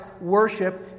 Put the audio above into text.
worship